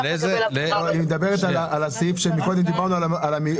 היא מדברת על הסעיף שמקודם דיברנו עליו,